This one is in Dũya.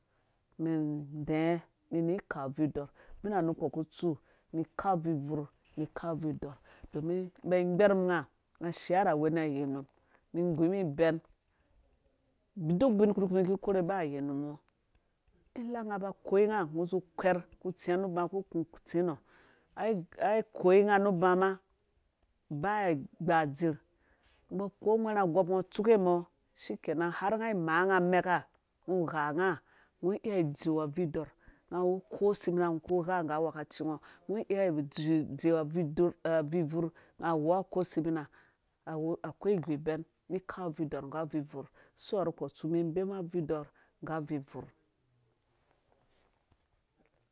Umɛn idɛɛ ni ini ikau abvurh idɔɔrh ubina nukpɔ ku tsu umum ikau abvurh bvurh ni ikau abvurhidɔɔrh domin inba ingberu unga unga ashia wini ayenuubin. umum igumum ibɛn duk ubink ‘kpurkpi umum ki korev ba yenum mɔ ila unga ba koyinga ungo uzu ukwɛr ko utsɔi nu uba ku kũ tsi nɔ ai ikoyinga nu uba ukpo ungwerha agoupungo utsuke mɔ skikenan har unga imaanga ameka ungo ugha unga ungo iya udziu abvurh idɔɔrh unga kose bina ungo ku igha nggu awɛkaci ngo ungo iya idziu abvurdzur abvurh unga awea kose bina awu akoi iguibɛn ni kau abvurh idɔɔrh nggu abvurh ibvurh su ha rukpɔ utsu umum ibema abvurh idɔɔrh nggu abvurh ibvurh